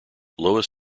lois